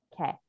okay